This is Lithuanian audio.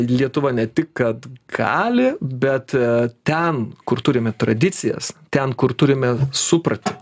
lietuva ne tik kad gali bet ten kur turime tradicijas ten kur turime supratį